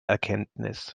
erkenntnis